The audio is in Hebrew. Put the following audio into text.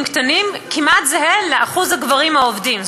קטנים כמעט זהה לאחוז הגברים העובדים,